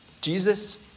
Jesus